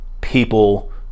people